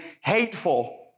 hateful